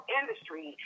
industry